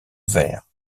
vert